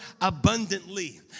abundantly